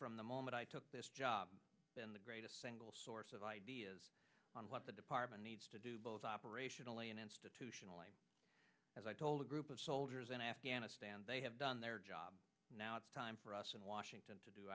from the moment i took this job then the greatest single source of ideas on what the department needs to do both operationally and institutionally as i told a group of soldiers in afghanistan they have done their job and now it's time for us in washington to